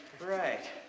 Right